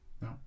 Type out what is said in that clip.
No